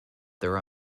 their